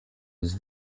was